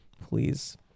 please